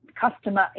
customer